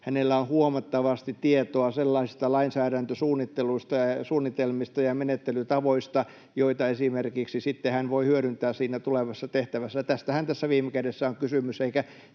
hänellä on huomattavasti tietoa sellaisesta lainsäädäntösuunnittelusta ja suunnitelmista ja menettelytavoista, joita hän esimerkiksi voi hyödyntää siinä tulevassa tehtävässä. Tästähän tässä viime kädessä on kysymys,